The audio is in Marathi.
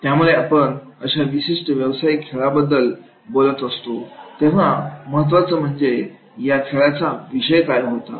त्यामुळे आपण अशा विशिष्ट व्यावसायिक खेळाबद्दल बोलत असतो तेव्हां महत्वाचे म्हणजे या खेळाचा विषय काय होता